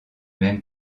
même